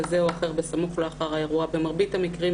כזה או אחר בסמוך ולאחר האירוע במרבית המקרים,